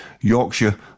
Yorkshire